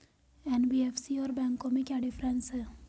NBFC और बैंकों में क्या डिफरेंस है?